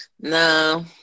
No